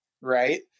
right